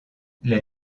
les